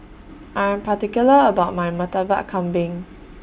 I'm particular about My Murtabak Kambing